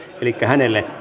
elikkä hänelle